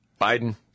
Biden